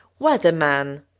weatherman